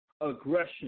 aggression